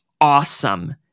awesome